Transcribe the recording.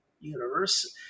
universe